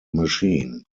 machine